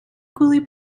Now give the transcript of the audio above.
equally